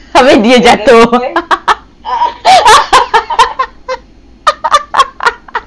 habis dia jatuh